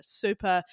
super